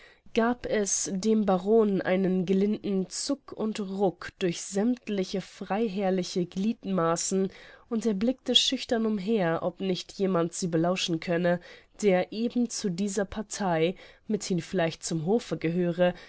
gab es dem baron einen gelinden zuck und ruck durch sämmtliche freiherrliche gliedmassen und er blickte schüchtern umher ob nicht jemand sie belauschen könne der eben zu dieser partei mithin vielleicht zum hofe gehöre